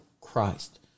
Christ